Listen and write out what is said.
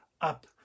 up